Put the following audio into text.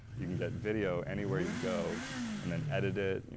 you can get video anywhere you go and then edit it,